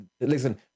listen